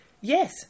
yes